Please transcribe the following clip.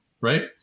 right